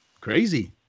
crazy